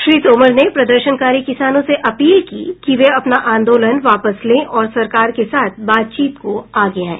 श्री तोमर ने प्रदर्शनकारी किसानों से अपील की कि वे अपना आंदोलन वापस ले लें और सरकार के साथ बातचीत को आगे आएं